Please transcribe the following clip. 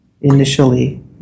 initially